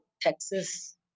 Texas